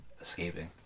escaping